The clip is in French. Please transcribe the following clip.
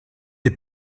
est